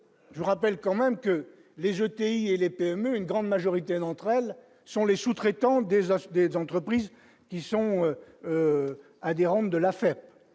je rappelle quand même que les jeter et les PME, une grande majorité d'entre elles sont les sous-traitants déjà ceux des entreprises qui sont adhérentes de la